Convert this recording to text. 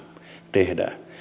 tehdään